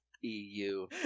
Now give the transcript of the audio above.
eu